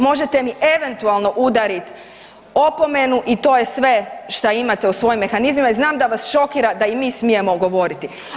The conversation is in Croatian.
Možete mi eventualno udarit opomenu i to je sve šta imate u svojim mehanizmima i znam da vas šokira da i mi smijemo govoriti.